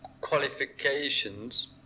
qualifications